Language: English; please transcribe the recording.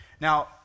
Now